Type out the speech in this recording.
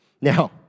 Now